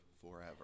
forever